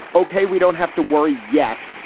ok, we don't have to worry yet.